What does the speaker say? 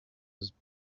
was